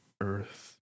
earth